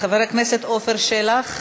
חבר הכנסת עפר שלח,